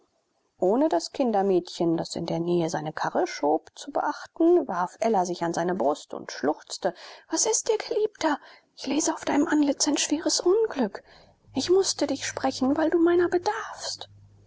ohne das kindermädchen das in der nähe seine karre schob zu beachten warf ella sich an seine brust und schluchzte was ist dir geliebter ich lese auf deinem antlitz ein schweres unglück ich mußte dich sprechen weil du meiner bedarfst